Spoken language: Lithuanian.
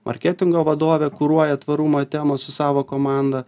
marketingo vadovė kuruoja tvarumą temą su savo komanda